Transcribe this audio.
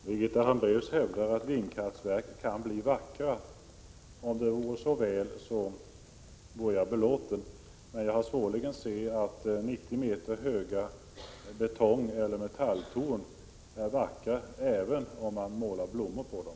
Herr talman! Birgitta Hambraeus hävdar att vindkraftverken kan bli vackra. Om det vore så väl, vore jag belåten. Men jag kan svårligen se att 90 meter höga betonger eller metalltorn blir vackra, även om man målar blommor på dem.